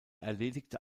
erledigte